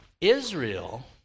Israel